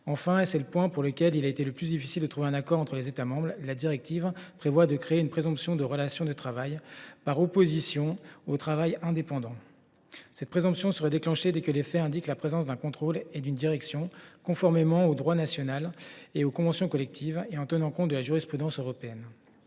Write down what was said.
Enfin, et c’est le point sur lequel il a été le plus difficile de trouver un accord entre les États membres, la directive tend à créer une présomption de relation de travail, par opposition au travail indépendant. Cette présomption s’appliquerait dès que des faits indiquent la présence d’un contrôle et d’une direction, conformément au droit national et aux conventions collectives, et en tenant compte de la jurisprudence européenne.